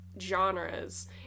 genres